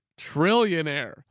trillionaire